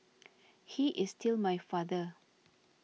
he is still my father